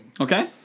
Okay